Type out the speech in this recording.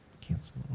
cancel